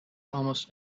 almost